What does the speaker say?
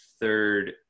third